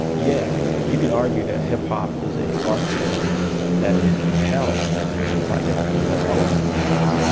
yeah, you could argue that hip-hop is a art form that is propelled by young people that's always been the case. you